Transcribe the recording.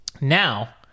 Now